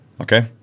Okay